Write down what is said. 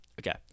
Okay